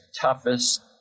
toughest